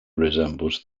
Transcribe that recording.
resembles